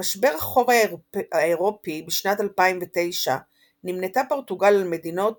במשבר החוב האירופי בשנת 2009 נמנתה פורטוגל על מדינות